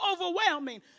overwhelming